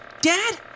Dad